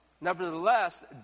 Nevertheless